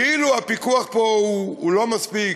כאילו הפיקוח פה הוא לא מספיק,